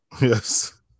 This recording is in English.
Yes